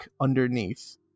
underneath